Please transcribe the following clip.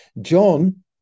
John